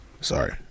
Sorry